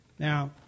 Now